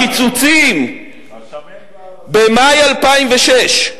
הקיצוצים במאי 2006,